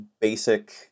basic